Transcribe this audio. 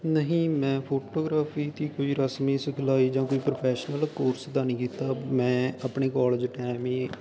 ਨਹੀਂ ਮੈਂ ਫੋਟੋਗਰਾਫੀ ਦੀ ਕੋਈ ਰਸਮੀ ਸਿਖਲਾਈ ਜਾਂ ਕੋਈ ਪ੍ਰੋਫੈਸ਼ਨਲ ਕੋਰਸ ਤਾਂ ਨਹੀਂ ਕੀਤਾ ਮੈਂ ਆਪਣੇ ਕਾਲਜ ਟਾਈਮ ਹੀ